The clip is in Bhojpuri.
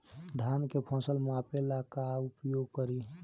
धान के फ़सल मापे ला का उपयोग करी?